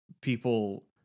people